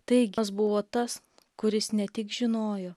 tai kas buvo tas kuris ne tik žinojo